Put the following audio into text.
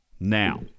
Now